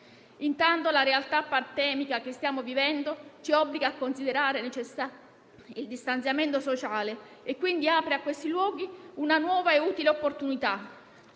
Intanto la realtà pandemica che stiamo vivendo ci obbliga a considerare necessario il distanziamento sociale e apre, quindi a questi luoghi una nuova e utile opportunità.